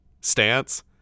stance